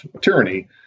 tyranny